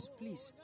please